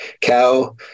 Cow